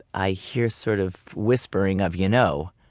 i hear sort of whispering of, you know,